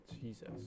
Jesus